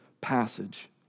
passage